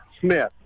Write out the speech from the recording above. Smith